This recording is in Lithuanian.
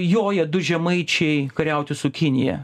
joja du žemaičiai kariauti su kinija